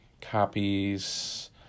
copies